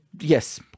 yes